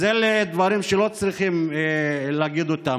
אז אלה דברים שלא צריכים להגיד אותם.